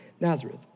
Nazareth